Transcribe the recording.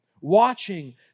watching